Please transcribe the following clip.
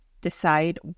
decide